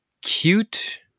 cute